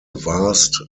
vast